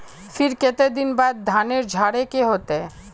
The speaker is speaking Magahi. फिर केते दिन बाद धानेर झाड़े के होते?